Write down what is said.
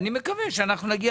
אני מקווה שנגיע